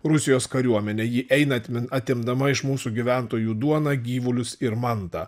rusijos kariuomenė ji eina atmin atimdama iš mūsų gyventojų duoną gyvulius ir mantą